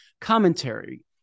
commentary